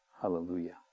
Hallelujah